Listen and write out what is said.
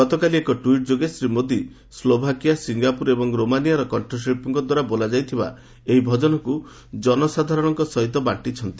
ଗତକାଲି ଏକ ଟ୍ୱିଟ୍ ଯୋଗେ ଶ୍ରୀ ମୋଦି ସ୍ଲୋଭାକିଆ ସିଙ୍ଗାପୁର ଏବଂ ରୋମାନିଆର କଣ୍ଠଶିଳ୍ପୀଙ୍କ ଦ୍ୱାରା ବୋଲାଯାଇଥିବା ଏହି ଭଜନକୁ ଜନସାଧାରରଙ୍କ ସହିତ ବାଣ୍ଟିଛନ୍ତି